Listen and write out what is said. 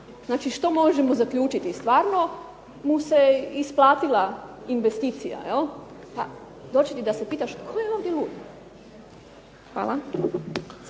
Znači što možemo zaključiti, stvarno mu se isplatila investicija. Pa dođe ti da se pitaš tko je ovdje lud. Hvala.